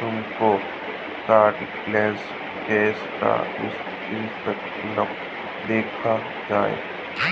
तुमको cardless cash का विकल्प दिख जाएगा